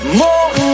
more